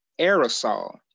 aerosol